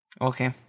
okay